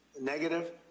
negative